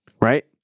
right